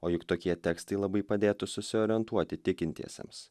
o juk tokie tekstai labai padėtų susiorientuoti tikintiesiems